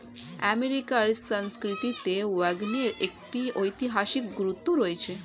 আমেরিকার সংস্কৃতিতে ওয়াগনের একটি ঐতিহাসিক গুরুত্ব রয়েছে